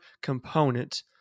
component